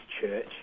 church